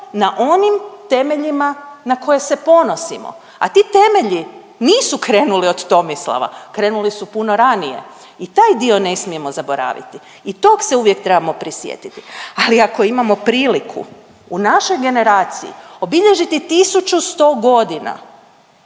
na onim temeljima na koje se ponosimo, a ti temelji nisu krenuli od Tomislava, krenuli su puno ranije. I taj dio ne smijemo zaboraviti i tog se uvijek trebamo prisjetiti ali ako imamo priliku u našoj generaciji obilježiti 1100 godina